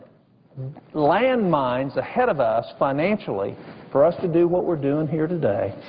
land mines ahead of us financially for us to do what we're doing here today,